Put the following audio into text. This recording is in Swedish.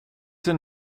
sig